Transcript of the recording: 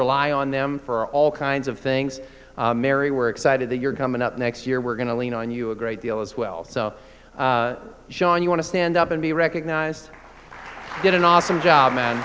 rely on them for all kinds of things mary we're excited that you're coming up next year we're going to lean on you a great deal as well so shawn you want to stand up and be recognized did an awesome job man